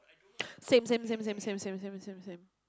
same same same same same same same same